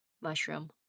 Mushroom